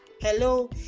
Hello